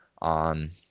on